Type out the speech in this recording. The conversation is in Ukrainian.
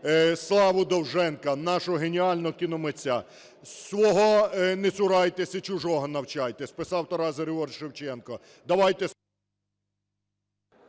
славу Довженка – нашого геніального кіномитця. "Свого не цурайтесь і чужого навчайтесь", – писав Тарас Григорович Шевченко.